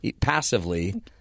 passively